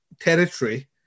territory